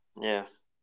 Yes